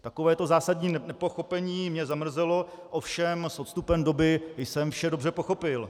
Takové zásadní nepochopení mě zamrzelo, ovšem s odstupem doby jsem vše dobře pochopil.